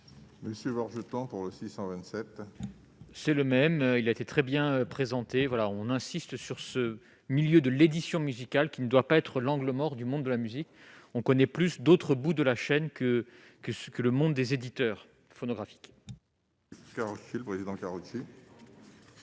Monsieur George, pas pour le 627. C'est le même, il a été très bien présentés, voilà, on insiste sur ce milieu de l'édition musicale qui ne doit pas être l'angle mort du monde de la musique, on connaît plus d'autre bout de la chaîne que que ce que le monde des éditeurs phonographiques.